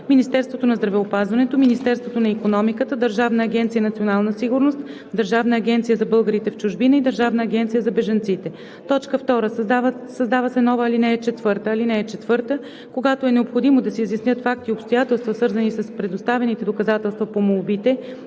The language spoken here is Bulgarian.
„Министерството на здравеопазването, Министерството на икономиката, Държавна агенция „Национална сигурност“, Държавна агенция за българите в чужбина и Държавна агенция за бежанците“. 2. Създава се нова ал. 4: „(4) Когато е необходимо да се изяснят факти и обстоятелства, свързани с представените доказателства по молбите